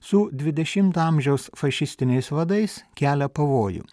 su dvidešimto amžiaus fašistiniais vadais kelia pavojų